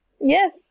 Yes